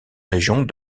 régions